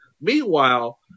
Meanwhile